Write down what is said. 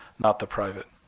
not the private.